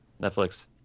Netflix